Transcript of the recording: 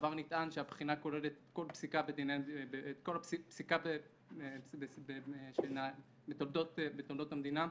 בעבר נטען שהבחינה כוללת את כל הפסיקה בתולדות המדינה.